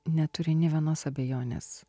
neturi nė vienos abejonės